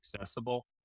accessible